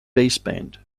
baseband